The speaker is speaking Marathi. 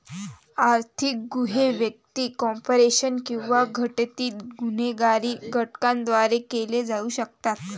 आर्थिक गुन्हे व्यक्ती, कॉर्पोरेशन किंवा संघटित गुन्हेगारी गटांद्वारे केले जाऊ शकतात